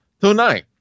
tonight